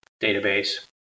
database